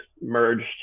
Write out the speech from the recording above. merged